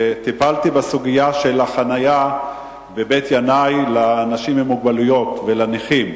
טיפלתי בסוגיה של החנייה בבית-ינאי לאנשים עם מוגבלויות ולנכים,